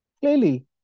Clearly